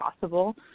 possible